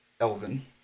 Elven